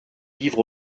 livres